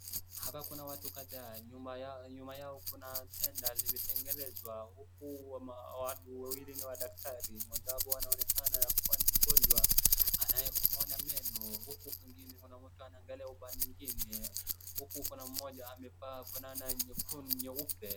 Hapa kuna watu kadhaa nyuma yao kuna tenda lililotengenezwa huku wawili ni daktari mmoja wao anaonekana kuwa ni mgonjwa anayeumwa na meno. Huku kwingine wanaonekana wakiangalia upande mwingine huku kuna mmoja amevaa fulana nyeupe.